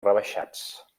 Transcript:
rebaixats